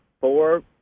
four